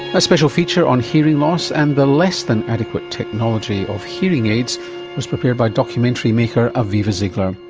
a special feature on hearing loss and the less than adequate technology of hearing aids was prepared by documentary maker aviva ziegler.